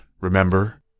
remember